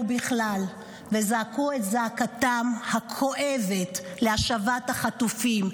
בכלל וזעקו את זעקתם הכואבת להשבת החטופים.